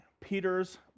Peter's